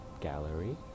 gallery